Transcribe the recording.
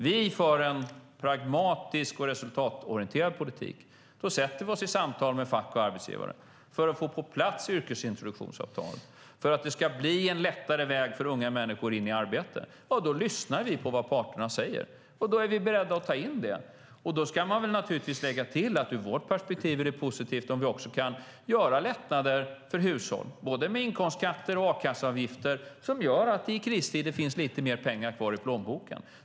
Vi för en pragmatisk och resultatorienterad politik. Då sätter vi oss i samtal med fack och arbetsgivare för att få yrkesintroduktionsavtal på plats och för att det ska bli en lättare väg för unga människor in i arbete. Då lyssnar vi på vad parterna säger, och då är vi beredda att ta in det. Då ska man naturligtvis lägga till att det ur vårt perspektiv är positivt om vi också kan göra lättnader för hushåll, både med inkomstskatter och med a-kasseavgifter, som gör att det i kristider finns lite mer pengar kvar i plånboken.